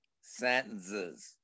sentences